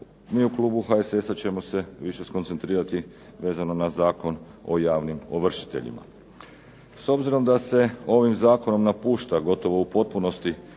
mi u Klubu HSS-a ćemo se više skoncentrirati vezano na Zakon o javnim ovršiteljima. S obzirom da se ovim Zakonom napušta gotovo u potpunosti